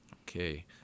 okay